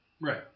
Right